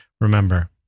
Remember